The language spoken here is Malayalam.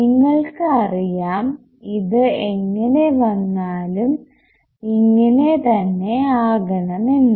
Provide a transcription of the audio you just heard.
നിങ്ങൾക്ക് അറിയാം ഇത് എങ്ങനെ വന്നാലും ഇങ്ങനെ തന്നെ ആകണം എന്ന്